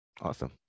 Awesome